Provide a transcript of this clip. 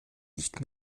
nicht